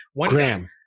Graham